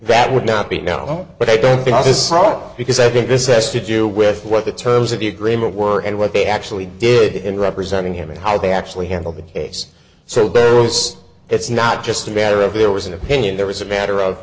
that would not be no but i don't think this is wrong because i think this s to do with what the terms of the agreement were and what they actually did in representing him and how they actually handled the case so barrow's it's not just a matter of there was an opinion there was a matter of